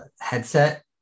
headset